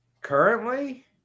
Currently